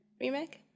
remake